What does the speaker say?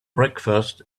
breakfast